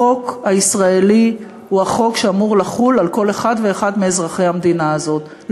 החוק הישראלי הוא החוק שאמור לחול על כל אחד ואחד מאזרחי המדינה הזאת,